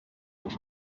آنها